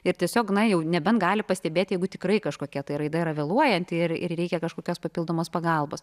ir tiesiog na jau nebent gali pastebėti jeigu tikrai kažkokia ta raida yra vėluojanti ir reikia kažkokios papildomos pagalbos